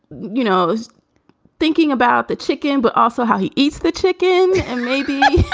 you know, just thinking about the chicken, but also how he eats the chicken and maybe